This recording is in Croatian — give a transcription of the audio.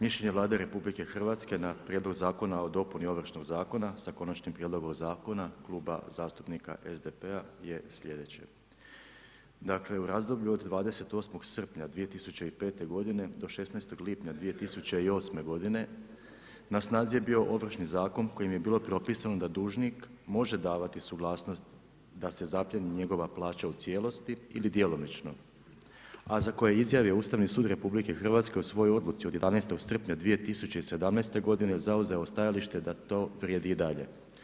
Mišljenje Vlade RH na Prijedlog Zakona o dopuni Ovršnog zakona sa Konačnim prijedlogom Zakona Kluba zastupnika SDP-a je sljedeće, dakle u razdoblju od 28. srpnja 2005. godine do 16. lipnja 2008. godine na snazi je bio Ovršni zakon kojim je bilo propisano da dužnik može davati suglasnost da se zapljeni njegova plaća u cijelosti ili djelomično, a za koje izjave je Ustavni sud RH u svojoj odluci od 11. srpnja 2017. godine zauzeo stajalište da to vrijedi i dalje.